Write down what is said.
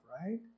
right